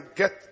get